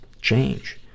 Change